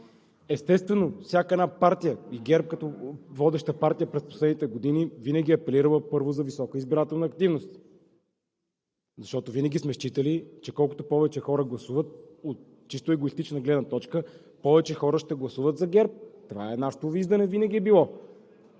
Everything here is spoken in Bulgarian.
Естествено, всяка една партия, и ГЕРБ като водеща партия през последните години винаги е апелирала първо за висока избирателна активност, защото сме считали, че колкото повече хора гласуват, от чисто егоистична гледна точка повече хора ще гласуват за ГЕРБ. Това е било винаги нашето